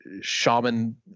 shaman